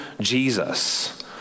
Jesus